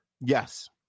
Yes